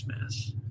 Mass